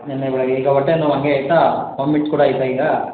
ನೆನ್ನೆ ಬೆಳಗ್ಗೆ ಈಗ ಹೊಟ್ಟೆ ನೋವು ಹಂಗೆ ಐತ ವಾಮಿಟ್ ಕೂಡ ಐತ ಈಗ